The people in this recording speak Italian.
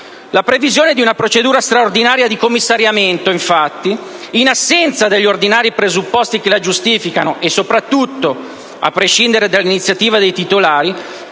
La previsione di una procedura straordinaria di commissariamento, infatti, in assenza degli ordinari presupposti che la giustificano e, soprattutto, a prescindere dall'iniziativa dei titolari